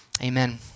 Amen